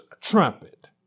trumpet